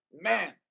man